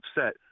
upset